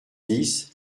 dix